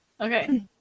okay